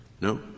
No